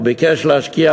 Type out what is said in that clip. הוא ביקש להשכיח,